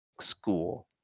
school